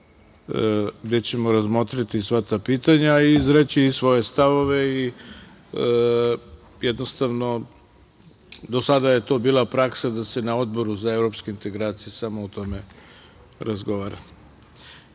gde ćemo razmotriti sva ta pitanja i izreći svoje stavove. Do sada je to bila praksa da se na Odboru za Evropske integracije samo o tome razgovara. Idemo